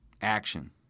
Action